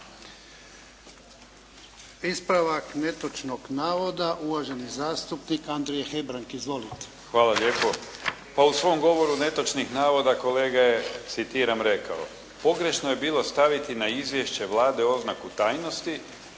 Ispravak netočnog navoda, uvaženi zastupnik Andrija Hebrang. Izvolite. **Hebrang, Andrija (HDZ)** Hvala lijepo. Pa u svom govoru netočnih navoda kolega je, citiram rekao "pogrešno je bilo staviti na izvješće Vlade oznaku tajnosti"